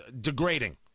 degrading